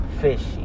fishy